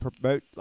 promote